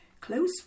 Close